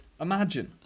Imagine